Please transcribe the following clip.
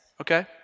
okay